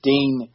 Dean